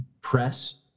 press